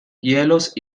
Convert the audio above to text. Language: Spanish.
hielos